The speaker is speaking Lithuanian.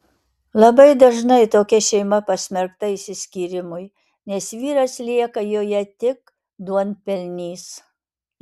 labai dažnai tokia šeima pasmerkta išsiskyrimui nes vyras lieka joje tik duonpelnys